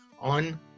on